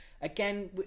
Again